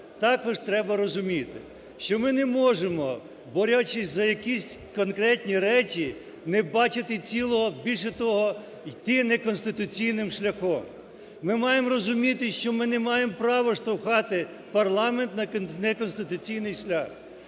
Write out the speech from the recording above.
Також треба розуміти, що ми не можемо борючись за якісь конкретні речі, не бачити цілого, більше того, йти неконституційним шляхом. Ми маємо розуміти, що ми не маємо права штовхати парламент на неконституційний шлях.